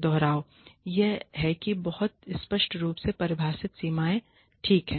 दोहराव यह है कि बहुत स्पष्ट रूप से परिभाषित सीमाओं ठीक है